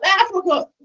africa